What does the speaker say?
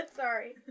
sorry